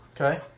Okay